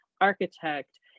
architect